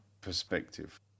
perspective